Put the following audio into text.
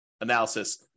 analysis